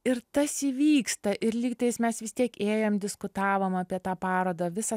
ir tas įvyksta ir lyg tais mes vis tiek ėjom diskutavom apie tą parodą visą